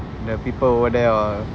the people over there are